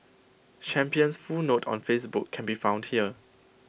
champion's full note on Facebook can be found here